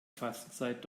fastenzeit